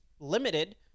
limited